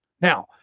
now